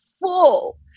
full